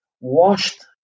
washed